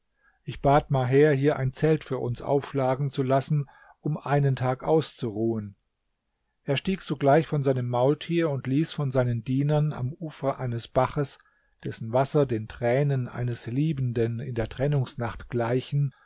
ich bat maher hier ein zelt für uns aufschlagen zu lassen um einen tag auszuruhen er stieg sogleich von seinem maultier und ließ von seinen dienern am ufer eines baches dessen wasser den tränen eines liebenden in der trennungsnacht gleichen